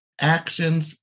actions